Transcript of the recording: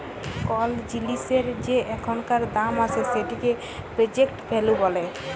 call জিলিসের যে এখানকার দাম আসে সেটিকে প্রেজেন্ট ভ্যালু ব্যলে